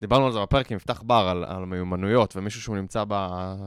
דיברנו על זה בפרק עם יפתח בר על מיומנויות ומישהו שהוא נמצא ב...